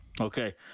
Okay